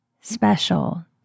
special